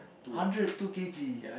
hundred two k_g